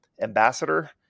ambassador